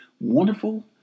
wonderful